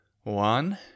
One